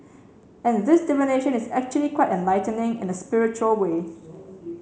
and this divination is actually quite enlightening in a spiritual way